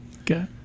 Okay